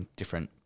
different